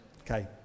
Okay